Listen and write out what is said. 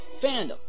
Fandom